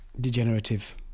degenerative